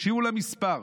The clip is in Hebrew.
תקשיבו למספר.